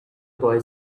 boy